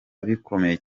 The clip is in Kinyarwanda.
bikomeye